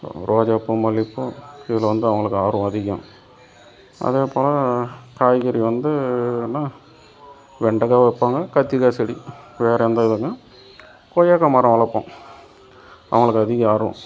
ரோஜா பூ மல்லிகைப் பூ இதில் வந்து அவங்களுக்கு ஆர்வம் அதிகம் அதேபோல் காய்கறி வந்துனால் வெண்டைக்கா வைப்பாங்க கத்திரிக்காய் செடி வேறு எந்த இதுனால் கொய்யாக்காய் மரம் வளர்ப்போம் அவர்களுக்கு அதிக ஆர்வம்